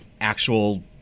actual